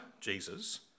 Jesus